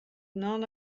non